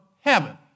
heaven